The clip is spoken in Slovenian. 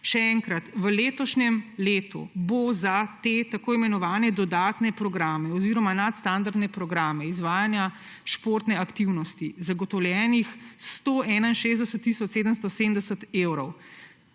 Še enkrat. V letošnjem letu bo za tako imenovane dodatne programe oziroma nadstandardne programe izvajanja športne aktivnosti zagotovljenih 161 tisoč 770 evrov,